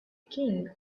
king